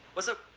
what's up.